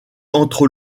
entre